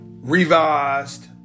revised